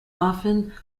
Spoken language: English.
often